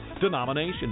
denomination